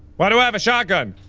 why, do i have a shotgun?